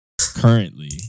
currently